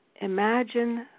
imagine